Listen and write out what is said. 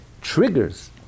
triggers